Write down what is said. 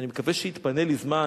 אני מקווה שיתפנה לי זמן,